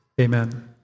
Amen